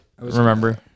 Remember